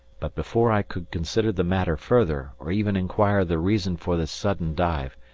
but before i could consider the matter further or even inquire the reason for this sudden dive,